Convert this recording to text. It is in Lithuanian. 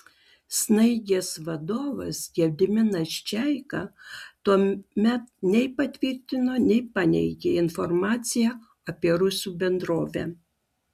snaigės vadovas gediminas čeika tuomet nei patvirtino nei paneigė informaciją apie rusų bendrovę